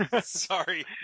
Sorry